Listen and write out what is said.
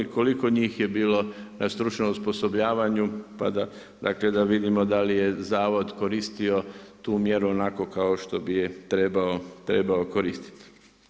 Koliko njih je bilo na stručnom osposobljavanju, pa dakle da vidimo da li je zavod koristio tu mjeru onako kao što bi je trebao koristiti.